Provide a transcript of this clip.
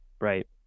Right